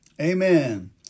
Amen